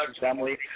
family